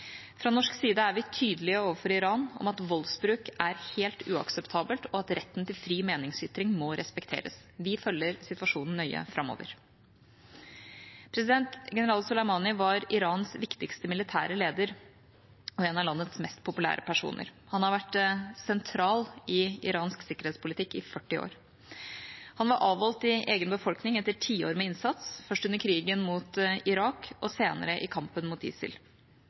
Fra norsk side er vi tydelige overfor Iran om at voldsbruk er helt uakseptabelt, og at retten til fri meningsytring må respekteres. Vi følger situasjonen nøye framover. General Soleimani var Irans viktigste militære leder og en av landets mest populære personer. Han har vært sentral i iransk sikkerhetspolitikk i 40 år. Han var avholdt i egen befolkning etter tiår med innsats, først under krigen mot Irak og senere i kampen mot ISIL.